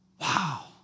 wow